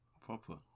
Proper